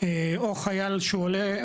או חייל שהוא עולה,